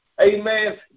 Amen